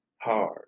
hard